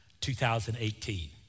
2018